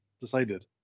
decided